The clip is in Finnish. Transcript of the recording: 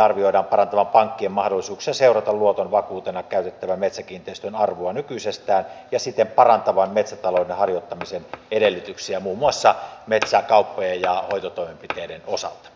arvioidaan parantavan pankkien mahdollisuuksia seurata luoton vakuutena käytettävän metsäkiinteistön arvoa nykyisestään ja siten parantavan metsätalouden harjoittamisen edellytyksiä muun muassa metsäkauppojen ja hoitotoimenpiteiden osalta